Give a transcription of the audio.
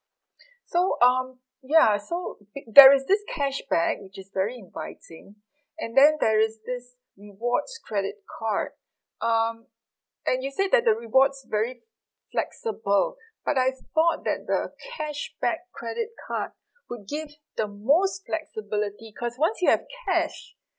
so um ya so it there is this cashback which is very inviting and then there is this rewards credit card um and you said that the rewards very flexible but I thought that the cashback credit card would give the most flexibility cause once you have cash